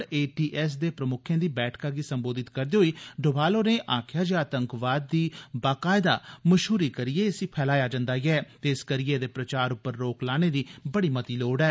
जै दे प्रमुक्खे दी बैठका गी संबोधित करदे होई डोवाल होरें आक्खेआ आतंकवाद दी बाकायदा मषहूरी करिए इसी फैलाया जन्दा ऐ ते इस करिए एहदे प्रचार पर रोक लाने दी लोड़ ऐ